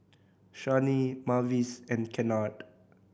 Shani Mavis and Kennard